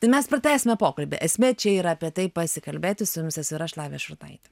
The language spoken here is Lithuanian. tai mes pratęsime pokalbį esmė čia yra apie tai pasikalbėti su jumis esu ir aš lavija šurnaitė